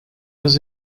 was